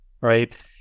right